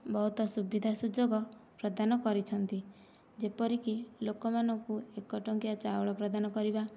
ବହୁତ ସୁବିଧା ସୁଯୋଗ ପ୍ରଦାନ କରିଛନ୍ତି ଯେପରିକି ଲୋକମାନଙ୍କୁ ଏକ ଟଙ୍କିଆ ଚାଉଳ ପ୍ରଦାନ କରିବା